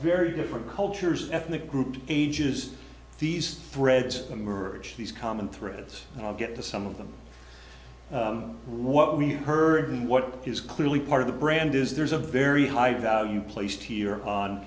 very different cultures ethnic groups ages these threads emerge these common threads and i'll get to some of them what we heard and what is clearly part of the brand is there's a very high value placed here on